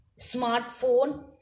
smartphone